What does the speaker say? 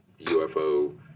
UFO